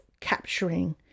capturing